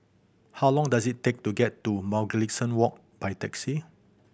how long does it take to get to Mugliston Walk by taxi